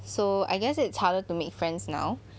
so I guess it's harder to make friends now